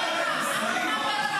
שוויון?